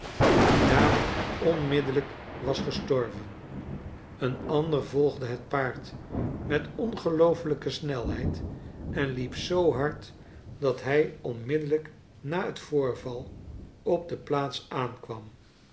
die daarop onmiddellijk was gestorven een ander volgde het paard met ongeloofelijke snelheid en liep zoo hard dat hij onmiddellijk na het voorval op de plaats aankwam